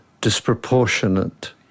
disproportionate